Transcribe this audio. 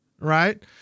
right